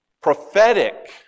prophetic